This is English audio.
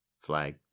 flag